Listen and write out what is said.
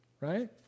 right